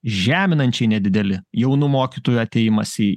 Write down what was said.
žeminančiai nedideli jaunų mokytojų atėjimas į